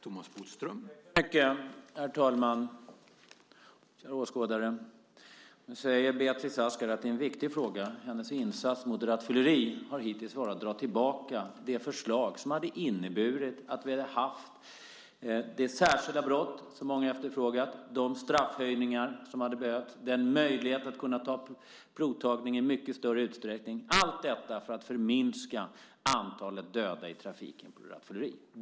Herr talman! Kära åskådare! Nu säger Beatrice Ask att det här är en viktig fråga. Hennes insats mot rattfylleri har hittills varit att dra tillbaka det förslag som skulle ha inneburit att vi hade fått den särskilda brottsrubricering som många efterfrågat, de straffhöjningar som hade behövts och den möjlighet till provtagning som behövs i mycket större utsträckning - allt detta för att förminska antalet döda i trafiken på grund av rattfylleri.